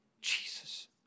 Jesus